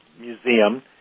museum